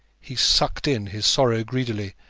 he sucked in his sorrow greedily,